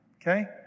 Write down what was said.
Okay